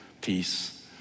peace